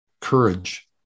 courage